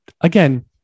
again